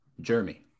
Jeremy